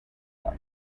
life